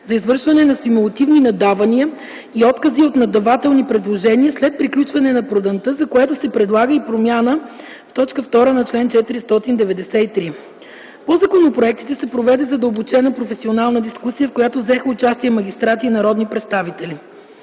за извършване на симулативни наддавания и откази от наддавателни предложения след приключване на проданта, за което се предлага и промяната в т. 2 на чл. 493. По законопроектите се проведе задълбочена професионална дискусия, в която взеха участие магистрати и народни представители.